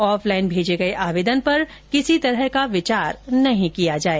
offline भेजे गये आवेदन पर किसी तरह का विचार नहीं किया जाए